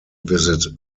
visit